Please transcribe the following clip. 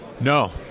No